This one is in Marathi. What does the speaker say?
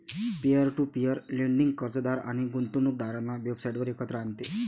पीअर टू पीअर लेंडिंग कर्जदार आणि गुंतवणूकदारांना वेबसाइटवर एकत्र आणते